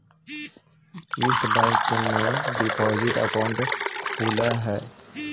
किस बैंक में deposit account खुलअ हई